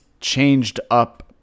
changed-up